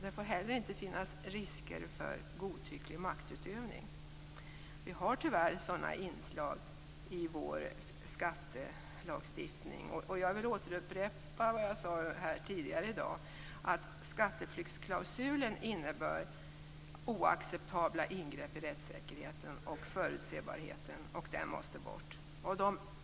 Det får heller inte finnas risker för godtycklig maktutövning. Det finns tyvärr sådana inslag i vår skattelagstiftning. Jag upprepar vad jag sade tidigare här i dag: Skatteflyktsklausulen innebär oacceptabla ingrepp i rättssäkerheten och förutsägbarheten. Den måste bort.